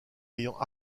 ayant